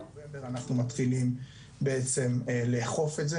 ובנובמבר אנחנו מתחילים בעצם לאכוף את זה,